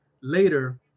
Later